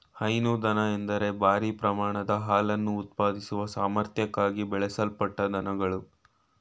ಹೈನು ದನ ಎಂದರೆ ಭಾರೀ ಪ್ರಮಾಣದ ಹಾಲನ್ನು ಉತ್ಪಾದಿಸುವ ಸಾಮರ್ಥ್ಯಕ್ಕಾಗಿ ಬೆಳೆಸಲ್ಪಟ್ಟ ದನಗಳು